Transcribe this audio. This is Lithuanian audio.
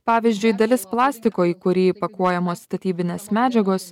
pavyzdžiui dalis plastiko į kurį įpakuojamos statybinės medžiagos